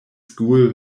school